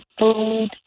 food